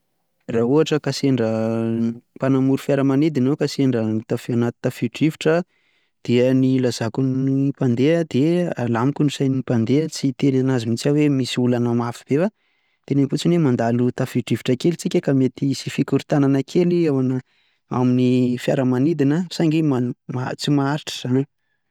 Raha ohatra ka sendra mpanamory fiaramanidina aho ka sendra anaty tafio-drivotra, dia ny hilazako ny mpandeha dia alamiko ny sain'ny mpandeha tsy hiteny an'azy mihintsy aho hoe misy olana mafy be fa teneniko fotsiny hoe mandalo tafio-drivotra kely isika ka mety hisy fikorontanana kely ao anat- amin'ny fiaramanidina saingy tsy maharitra izany.